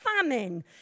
famine